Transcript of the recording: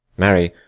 marry,